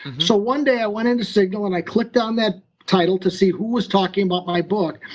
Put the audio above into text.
so one day i went in the signal and i clicked on that title to see who was talking about my book,